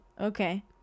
okay